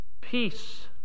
Peace